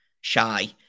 shy